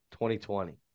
2020